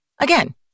Again